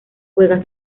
juega